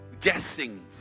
guessing